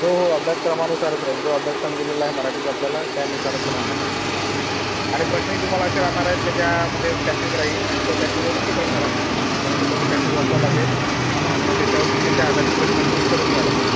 हो हो अभ्यासक्रमानुसारच राहील जो अभ्यासक्रम दिलेला आहे मराठीचा आपल्याला त्यानुसारच राहणार आहे आणि प्रश्नही तुम्हाला असे राहणार आहेत की ज्यामध्ये पॅसेज राहील आणि त्या पॅसेजवरून ते प्रश्न राहतील तुम्हाला तो पहिले पॅसेज वाचावा लागेल मग त्याच्यावरतीच त्याच्या आधारित प्रश्नांची उत्तरं लिहावं लागतील